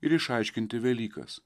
ir išaiškinti velykas